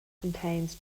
contains